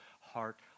heart